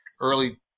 early